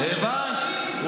הבנת?